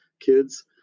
kids